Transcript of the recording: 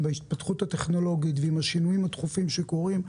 לאור ההתפתחות הטכנולוגית ועם השינויים הדחופים שקורים,